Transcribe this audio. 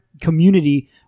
community